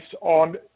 on